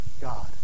God